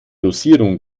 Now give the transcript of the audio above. dosierung